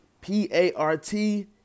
P-A-R-T